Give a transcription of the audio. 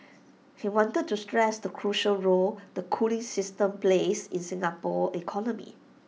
he wanted to stress the crucial role the cooling system plays in Singapore's economy